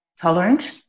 tolerant